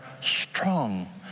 strong